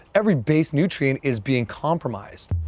every base nutrient is being compromised.